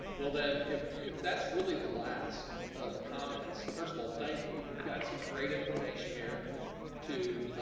well then, if if that's really the last of the comments. first of all, thank you. we've got some great information here to